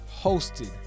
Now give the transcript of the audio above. hosted